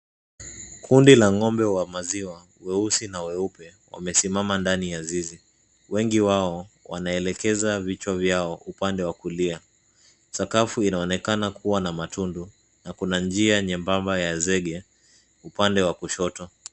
Kundi la ng'ombe wa maziwa weusi na weupe wamesimama ndani ya zizi. Wengi wao wanaelekeza vichwa vyao upande wa kulia. Sakafu inaonekana kuwa na matundu na kuna njia nyembamba ya zege upande wa kushoto.